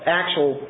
actual